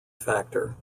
factor